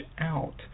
out